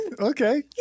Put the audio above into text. Okay